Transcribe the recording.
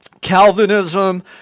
Calvinism